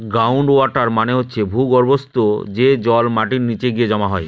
ground water মানে হচ্ছে ভূর্গভস্ত, যে জল মাটির নিচে গিয়ে জমা হয়